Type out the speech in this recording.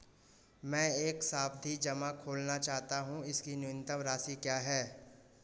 मैं एक सावधि जमा खोलना चाहता हूं इसकी न्यूनतम राशि क्या है?